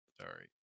Sorry